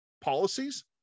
policies